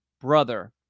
brother